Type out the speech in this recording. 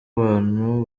abantu